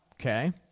okay